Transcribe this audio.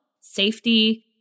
safety